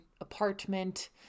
apartment